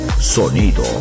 sonido